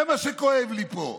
זה מה שכואב לי פה.